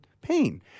pain